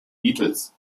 beatles